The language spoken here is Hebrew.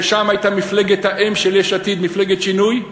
שאז הייתה מפלגת האם של יש עתיד, מפלגת שינוי,